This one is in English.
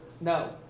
No